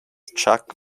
chuck